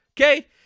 okay